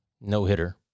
no-hitter